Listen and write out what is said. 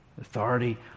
Authority